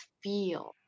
feel